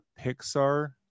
Pixar